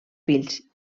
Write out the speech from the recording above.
fills